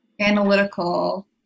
analytical